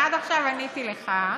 עד עכשיו עניתי לך,